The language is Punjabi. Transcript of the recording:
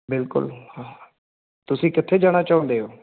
ਬਿਲਕੁਲ ਤੁਸੀਂ ਕਿੱਥੇ ਜਾਣਾ ਚਾਹੁੰਦੇ ਹੋ